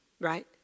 right